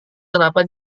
kenapa